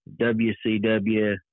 WCW